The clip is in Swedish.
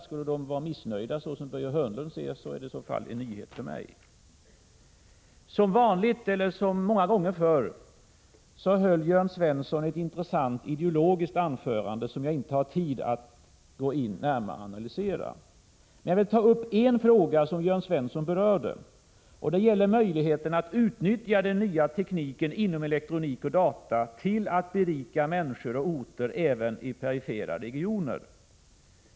Skulle man vara missnöjd, som Börje Hörnlund anser, är det en nyhet för mig. Som vanligt, eller som många gånger förr, höll Jörn Svensson ett intressant ideologiskt anförande som jag inte har tid att gå in och närmare analysera. Jag vill dock ta upp en fråga som Jörn Svensson berörde. Det gäller möjligheterna att utnyttja den nya tekniken inom elektronik och data till att berika människor och orter även i perifera regioner.